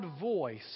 voice